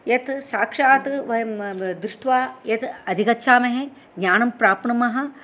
यत् साक्षात् वयं दृष्ट्वा यत् अधिगच्छामहे ज्ञानं प्राप्नुमः